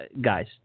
Guys